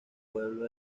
pueblo